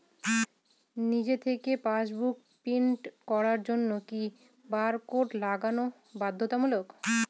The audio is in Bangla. নিজে থেকে পাশবুক প্রিন্ট করার জন্য কি বারকোড লাগানো বাধ্যতামূলক?